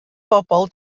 bobol